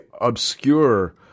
obscure